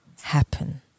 happen